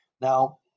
Now